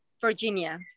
Virginia